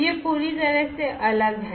यह पूरी तरह से अलग है